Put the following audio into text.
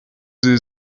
sie